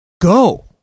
go